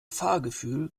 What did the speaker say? fahrgefühl